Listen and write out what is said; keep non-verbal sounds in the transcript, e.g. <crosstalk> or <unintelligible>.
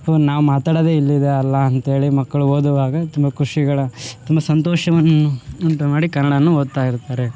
<unintelligible> ನಾವು ಮಾತಾಡೊದೆ ಇಲ್ಲಿದು ಅಲ್ಲ ಅಂತೇಳಿ ಮಕ್ಕಳು ಓದುವಾಗ ತುಂಬ ಖುಷಿಗಳ ತುಂಬ ಸಂತೋಷವನ್ನು ಉಂಟು ಮಾಡಿ ಕನ್ನಡನ್ನು ಓದ್ತಾ ಇರ್ತಾರೆ